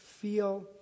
feel